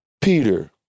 Peter